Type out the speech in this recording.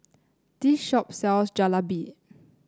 this shop sells Jalebi